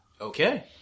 Okay